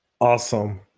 Awesome